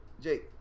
Jake